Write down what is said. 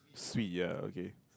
swee ah okay